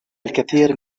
الكثير